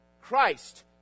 Christ